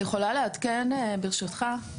אני יכולה לעדכן, ברשותך.